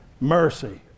Mercy